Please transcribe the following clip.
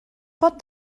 pot